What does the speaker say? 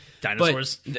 Dinosaurs